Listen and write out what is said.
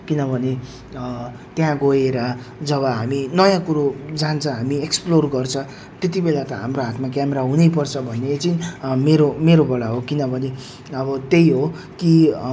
हरू खिच्दै एकदम रमाइलो एकदम कस्तो भनौँ अब गाउँ गाउँको एकदम वातावरण एकदम गाउँले वातावरण एकदम रमाइलो एकदम हरियाली है त्यसरी हामीले इन्जोय गर्यौँ अनि हामी